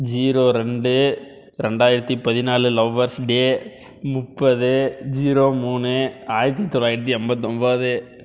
zero ரெண்டு ரெண்டாயிரத்தி பதினாலு லவ்வர்ஸ் டே முப்பது ஜீரோ மூணு ஆயிரத்தி தொள்ளாயிரத்தி எம்பத்தி ஒன்போது